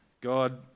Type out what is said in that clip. God